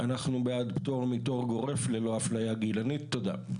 אנחנו בעד פטור מתור גורף ללא אפליה גילנית, תודה.